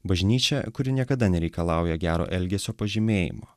bažnyčia kuri niekada nereikalauja gero elgesio pažymėjimo